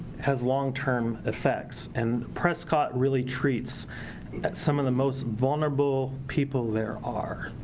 has long-term effects. and prescott really treats some of the most vulnerable people there are.